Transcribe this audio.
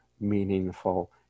meaningful